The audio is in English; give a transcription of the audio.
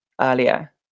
earlier